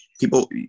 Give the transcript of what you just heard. people